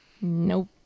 Nope